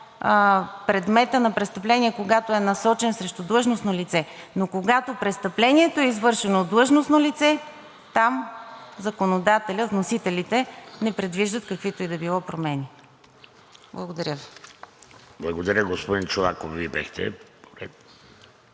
предмета на престъпление, когато е насочено срещу длъжностно лице, но когато престъплението е извършено от длъжностно лице, там законодателят, вносителите не предвиждат каквито и да било промени. Благодаря Ви. ПРЕДСЕДАТЕЛ ВЕЖДИ